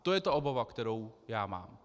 To je ta obava, kterou já mám.